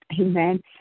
Amen